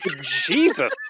Jesus